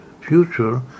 future